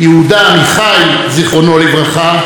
הוא קשה ורמוס.